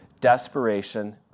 desperation